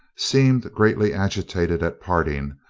seemed greatly agitated at parting,